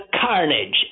carnage